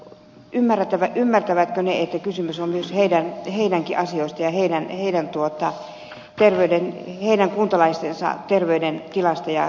ymmärtävätkö nuo kunnat että kysymys on heidänkin asioistaan ja heidän kuntalaistensa terveydentilasta ja sosiaalitoimesta